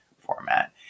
format